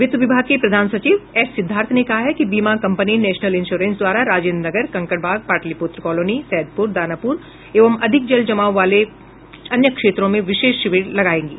वित्त विभाग के प्रधान सचिव एस सिद्धार्थ ने कहा है कि बीमा कंपनी नेशनल इंश्योरेन्स द्वारा राजेन्द्र नगर कंकड़बाग पाटलिपुत्रा कॉलोनी सैदपुर दानापुर एवं अधिक जल जमाव मामलों वाले अन्य क्षेत्रों में विशेष शिविर लगाए जाएंगे